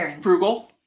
Frugal